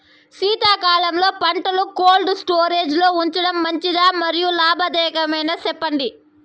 శీతాకాలంలో పంటలు cold storage లో ఉంచడం మంచిదా? మరియు లాభదాయకమేనా, సెప్పండి